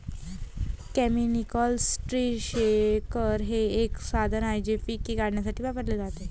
mechanical tree shaker हे एक साधन आहे जे पिके काढण्यासाठी वापरले जाते